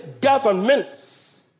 governments